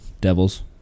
Devils